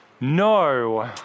No